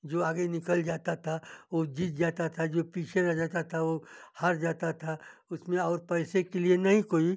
जो आगे निकल जाता था वह जीत जाता था जो पीछे रह जाता था वह हार जाता था उसमें और पैसे के लिए नहीं कोई